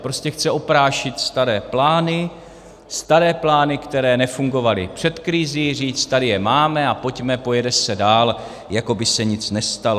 Prostě chce oprášit staré plány, staré plány, které nefungovaly před krizí, říct, tady je máme a pojďme, pojede se dál, jako by se nic nestalo.